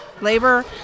labor